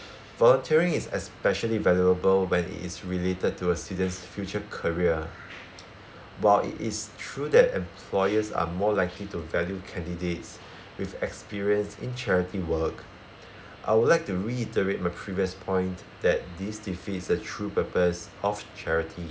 volunteering is especially valuable when it is related to a student's future career while it is true that employers are more likely to value candidates with experience in charity work I would like to reiterate my previous point that this defeats the true purpose of charity